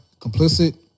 complicit